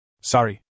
Sorry